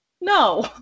no